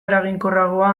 eraginkorragoa